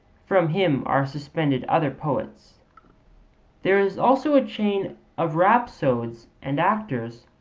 from him are suspended other poets there is also a chain of rhapsodes and actors,